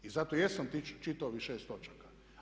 I zato jesam čitao ovih 6 točaka.